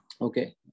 okay